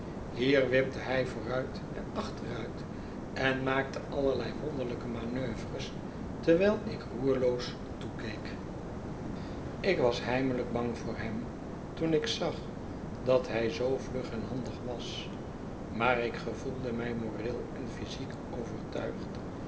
hier wipte hij vooruit en achteruit en maakte allerlei wonderlijke manoeuvres terwijl ik roerloos toekeek ik was heimelijk bang voor hem toen ikzag dat hij zoo vlug en handig was maar ik gevoelde mij moreel en physiek overtuigd